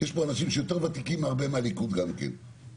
יש פה אנשים שהם יותר ותיקים מהרבה מהליכוד גם כן,